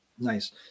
Nice